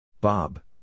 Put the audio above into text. Bob